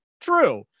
true